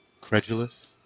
credulous